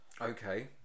Okay